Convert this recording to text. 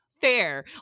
fair